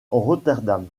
rotterdam